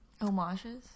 Homages